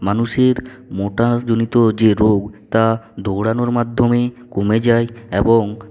মানুষের মোটা জনিত যে রোগ তা দৌড়ানোর মাধ্যমে কমে যায় এবং